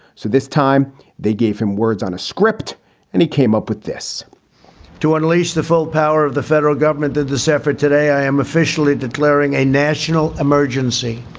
so this time they gave him words on a script and he came up with this to unleash the full power of the federal government that this effort today, i am officially declaring a national emergency.